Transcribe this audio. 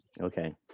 Okay